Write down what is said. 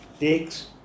takes